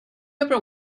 ever